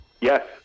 Yes